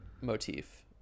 motif